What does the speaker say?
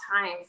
time